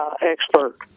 expert